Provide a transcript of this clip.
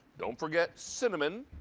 don't forget cinnamon,